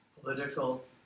political